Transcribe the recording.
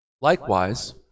Likewise